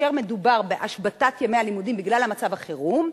שכאשר מדובר בהשבתת ימי הלימודים בגלל מצב החירום,